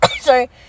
sorry